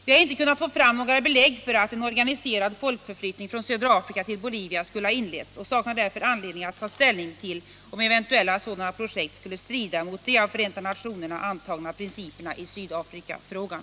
Vi har inte kunnat få fram några belägg för att en organiserad folkförflyttning från södra Afrika till Bolivia skulle ha inletts och saknar därför anledning att ta ställning till om eventuella sådana projekt skulle strida mot de av Förenta nationerna antagna principerna i Sydafrikafrågan.